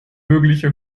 mögliche